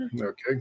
Okay